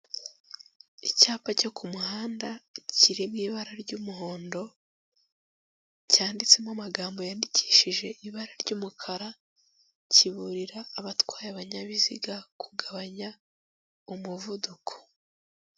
Icyapa cyo ku muhanda kiri mu ibara ry'umuhondo, cyanditsemo amagambo yandikishije ibara ry'umukara, kiburira abatwaye ibinyabiziga kugabanya umuvuduko.